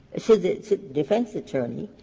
should the defense attorney,